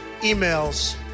emails